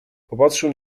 popatrzył